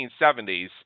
1970s